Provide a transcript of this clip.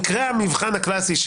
מקרה המבחן הקלאסי,